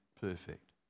perfect